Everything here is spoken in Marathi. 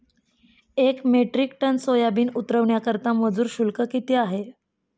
एक मेट्रिक टन सोयाबीन उतरवण्याकरता मजूर शुल्क किती आहे?